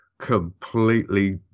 Completely